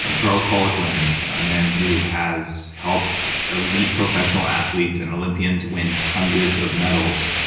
ah charles poliquin, a man who has helped elite professional athletes and olympians win hundreds of medals,